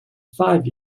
five